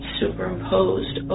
superimposed